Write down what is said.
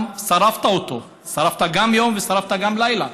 שרפת גם יום ושרפת גם לילה,